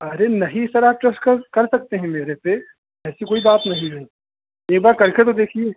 अरे नहीं सर आप ट्रस्ट कर कर सकते हैं मेरे पर ऐसी कोई बात नहीं है एक बार करके तो देखिए